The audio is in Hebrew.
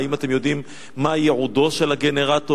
האם אתם יודעים מה ייעודו של הגנרטור,